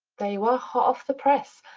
there you are, hot off the press.